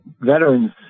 veterans